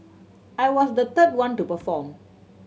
I was the third one to perform